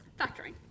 Factoring